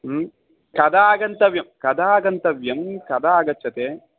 कदा आगन्तव्यं कदा आगन्तव्यं कदा आगच्छति